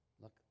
Look